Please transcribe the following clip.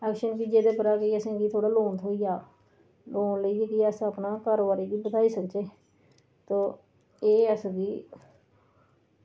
अच्छी भी जेह्दे उप्परा असेंगी कोई लोन थ्होई जा लोन लेइयै भी अस अपना कारोबार बधाई सकचै ते एह् ऐसा की